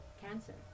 cancer